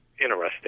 interesting